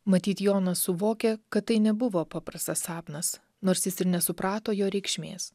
matyt jonas suvokė kad tai nebuvo paprastas sapnas nors jis ir nesuprato jo reikšmės